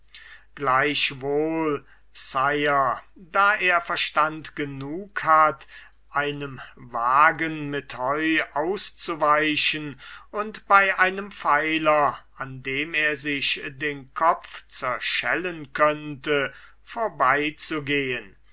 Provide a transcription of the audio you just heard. gleichwohl sire da er verstands genug hat einem wagen mit heu auszuweichen und bei einem pfeiler an dem er sich den kopf zerschnellen könnte vorbeizugehen